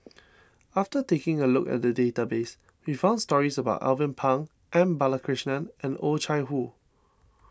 after taking a look at the database we found stories about Alvin Pang M Balakrishnan and Oh Chai Hoo